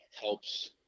helps